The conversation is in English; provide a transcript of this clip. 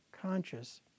conscious